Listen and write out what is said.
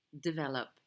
develop